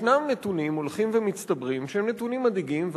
ישנם נתונים הולכים ומצטברים שהם נתונים מדאיגים.